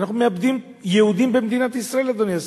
ואנחנו מאבדים יהודים במדינת ישראל, אדוני השר.